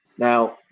Now